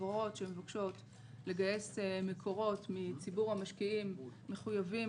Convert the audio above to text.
חברות שמבקשות לגייס מקורות מציבור המשקיעים מחויבות